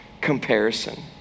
comparison